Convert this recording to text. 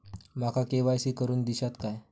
माका के.वाय.सी करून दिश्यात काय?